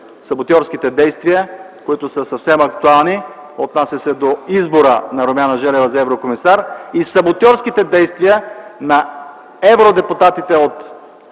саботьорските действия, които са съвсем актуални. Отнася се до избора на Румяна Желева за еврокомисар. И саботьорските действия на евродепутатите от управлявалите